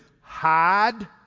hide